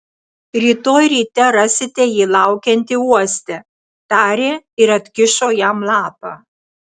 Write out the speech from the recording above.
rytoj ryte rasite jį laukiantį uoste tarė ir atkišo jam lapą